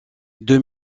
deux